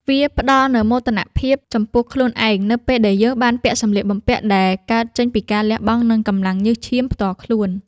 វាផ្ដល់នូវមោទនភាពចំពោះខ្លួនឯងនៅពេលដែលយើងបានពាក់សម្លៀកបំពាក់ដែលកើតចេញពីការលះបង់ និងកម្លាំងញើសឈាមផ្ទាល់ខ្លួន។